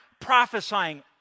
prophesying